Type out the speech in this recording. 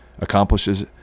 accomplishes